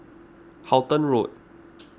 Halton Road